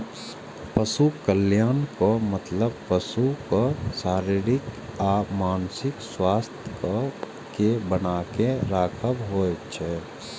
पशु कल्याणक मतलब पशुक शारीरिक आ मानसिक स्वास्थ्यक कें बनाके राखब होइ छै